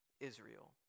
Israel